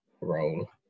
role